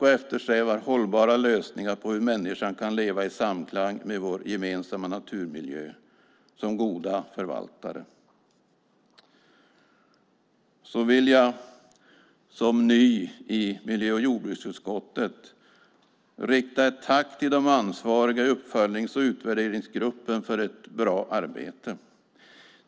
Vi eftersträvar hållbara lösningar för hur vi människor kan leva i samklang med vår gemensamma naturmiljö som goda förvaltare. Så vill jag som ny i miljö och jordbruksutskottet rikta ett tack till de ansvariga i uppföljnings och utvärderingsgruppen för ett bra arbete.